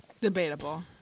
debatable